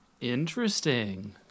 Interesting